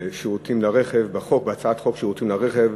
בשירותים לרכב בחוק, בהצעת חוק שירותים לרכב,